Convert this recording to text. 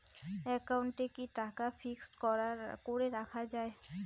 একাউন্টে কি টাকা ফিক্সড করে রাখা যায়?